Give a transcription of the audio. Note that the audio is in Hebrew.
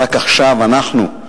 רק עכשיו אנחנו,